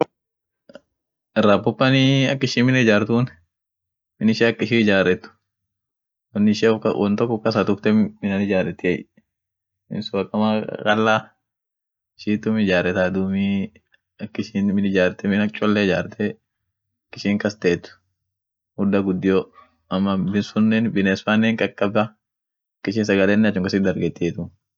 Rapupanii ak ishin min ijaartun, min ishia ak ishin ijarret, won ishia-won tok uff kasa tufte minan ijaretiey min sun akama kakala ishitum ijaretay duumi ak ishin min ijarte min ak cholle ijarte ak ishin kasteet mudda guddio ama min sunen biness fanen hin kakkaba ak ishin sagalenen achum kasit dargetiey duum.